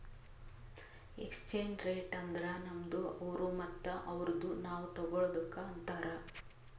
exchange rate ಅಂದುರ್ ನಮ್ದು ಅವ್ರು ಮತ್ತ ಅವ್ರುದು ನಾವ್ ತಗೊಳದುಕ್ ಅಂತಾರ್